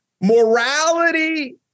morality